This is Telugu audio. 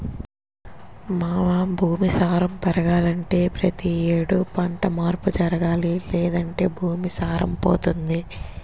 మావా భూమి సారం పెరగాలంటే పతి యేడు పంట మార్పు జరగాలి లేదంటే భూమి సారం పోతుంది